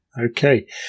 Okay